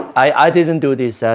i didn't do this,